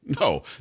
no